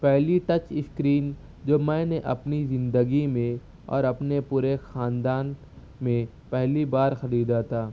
پہلی touch screen جب میں نے اپنی زندگی میں اور اپنے پورے خاندان میں پہلی بار خریدا تھا